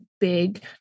big